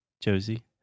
josie